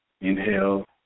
Inhale